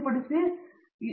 professor